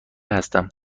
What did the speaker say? هستم